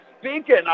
speaking